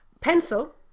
Pencil